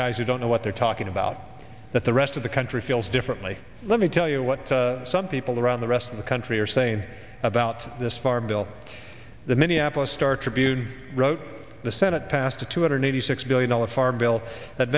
guys who don't know what they're talking about that the rest of the country feels differently let me tell you what some people around the rest of the country are saying about this farm bill the minneapolis star tribune wrote the senate passed a two hundred eighty six billion dollar farm bill that